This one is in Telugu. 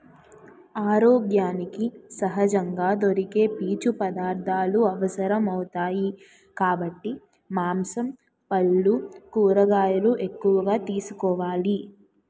ఆరోగ్యానికి సహజంగా దొరికే పీచు పదార్థాలు అవసరమౌతాయి కాబట్టి మాంసం, పల్లు, కూరగాయలు ఎక్కువగా తీసుకోవాలి